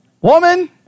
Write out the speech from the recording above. Woman